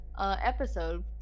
episode